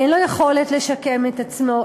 אין לו יכולת לשקם את עצמו,